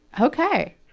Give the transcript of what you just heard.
Okay